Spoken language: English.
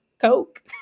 coke